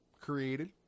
created